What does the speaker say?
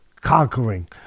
conquering